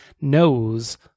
knows